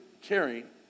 caring